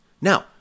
Now